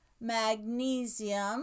magnesium